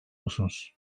musunuz